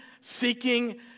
seeking